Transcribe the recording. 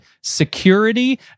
security